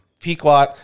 Pequot